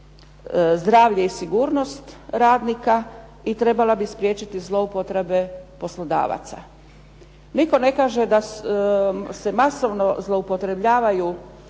zdravlje i sigurnost radnika i trebala bi spriječiti zloupotrebe poslodavaca. Nitko ne kaže da se masovno zloupotrebljavaju